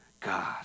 God